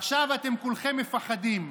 עכשיו אתם כולכם מפחדים,